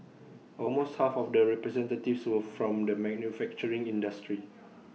almost half of the representatives were from the manufacturing industry